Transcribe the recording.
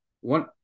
One